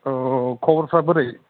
औ खबरफ्रा बोरै